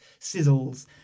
sizzles